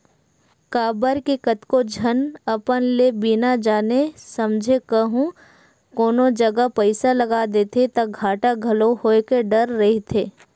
काबर के कतको झन अपन ले बिना जाने समझे कहूँ कोनो जगा पइसा लगा देथे ता घाटा घलो होय के डर रहिथे